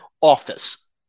office